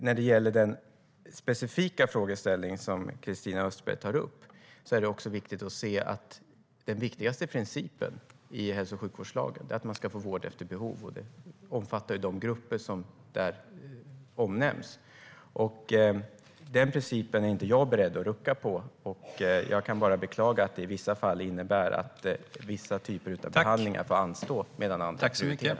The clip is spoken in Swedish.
När det gäller den specifika frågeställning som Christina Östberg tar upp är det också viktigt att se att den viktigaste principen i hälso och sjukvårdslagen är att man ska få vård efter behov, och det omfattar de grupper som där omnämns. Den principen är jag inte beredd att rucka på. Jag kan bara beklaga att det i vissa fall innebär att vissa typer av behandlingar får anstå medan andra prioriteras.